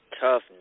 tough